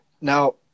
now